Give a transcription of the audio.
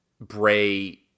Bray